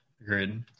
Agreed